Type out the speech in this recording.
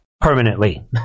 permanently